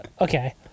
Okay